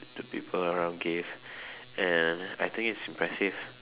the people around gave and I think it's impressive